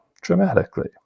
dramatically